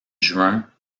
juin